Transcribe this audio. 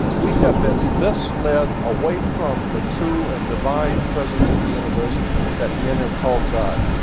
we have been misled away from the true and divine presence in the universe that men have called god.